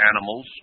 animals